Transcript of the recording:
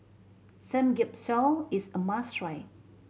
samgyeopsal is a must try